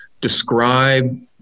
describe